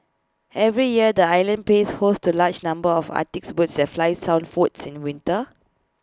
every year the island plays host to large number of Arctics birds that fly southwards in winter